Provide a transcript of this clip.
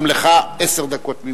גם לך, עשר דקות.